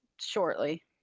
Shortly